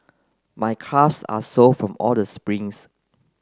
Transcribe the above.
my calves are sore from all the sprints